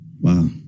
Wow